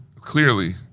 clearly